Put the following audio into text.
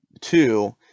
Two